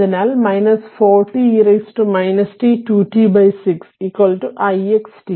അതിനാൽ 40 e t 2t 6 ixt